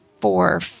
four